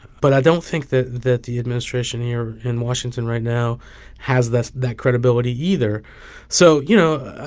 but i don't think that that the administration here in washington right now has that that credibility either so, you know,